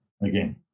again